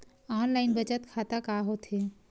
Online बचत खाता का होथे?